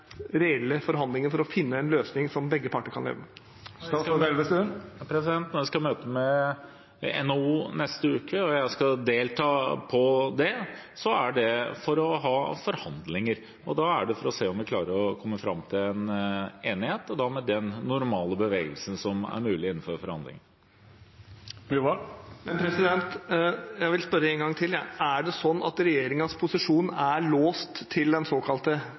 reelle forhandlinger for å finne en løsning som begge parter kan leve med? Når vi skal ha møte med NHO neste uke, og jeg skal delta på det, så er det for å ha forhandlinger, og da er det for å se om vi klarer å komme fram til en enighet – og da med den normale bevegelsen som er mulig innenfor en forhandling. Men jeg vil spørre én gang til: Er det slik at regjeringens posisjon er låst til den såkalte